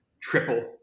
triple